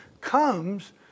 comes